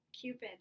Cupid